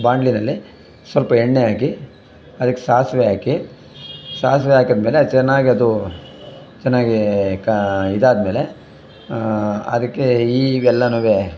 ಬಾಂಡ್ಲಿನಲ್ಲಿ ಸ್ವಲ್ಪ ಎಣ್ಣೆ ಹಾಕಿ ಅದಕ್ಕೆ ಸಾಸಿವೆ ಹಾಕಿ ಸಾಸಿವೆ ಹಾಕಿದ್ಮೇಲೆ ಚೆನ್ನಾಗಿ ಅದು ಚೆನ್ನಾಗಿ ಕಾ ಇದಾದ್ಮೇಲೆ ಅದಕ್ಕೆ ಈ ಎಲ್ಲಾನು